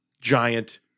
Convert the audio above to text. giant